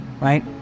Right